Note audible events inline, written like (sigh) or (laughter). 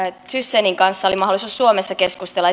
thyssenin kanssa oli mahdollisuus suomessa keskustella (unintelligible)